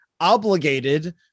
obligated